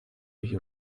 you